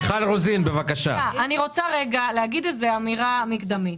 אני רוצה לומר אמירה מקדמית.